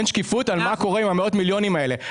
אין שקיפות על מה קורה עם המאות מיליונים האלה.